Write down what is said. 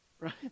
right